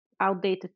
outdated